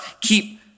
keep